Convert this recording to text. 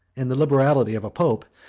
and the liberality of a pope,